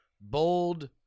bold